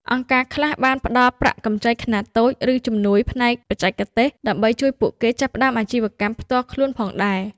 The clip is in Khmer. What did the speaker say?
អង្គការខ្លះបានផ្តល់ប្រាក់កម្ចីខ្នាតតូច ឬជំនួយផ្នែកបច្ចេកទេសដើម្បីជួយពួកគេចាប់ផ្តើមអាជីវកម្មផ្ទាល់ខ្លួនផងដែរ។